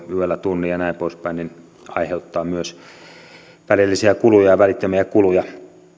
yöllä tunnin ja näin pois päin aiheuttaa myös välillisiä kuluja ja välittömiä kuluja